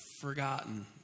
forgotten